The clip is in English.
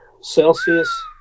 Celsius